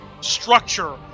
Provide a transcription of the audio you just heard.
structure